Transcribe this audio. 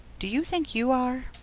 do you think you are?